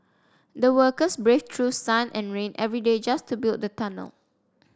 the workers braved through sun and rain every day just to build the tunnel